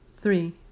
Three